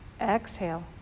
Exhale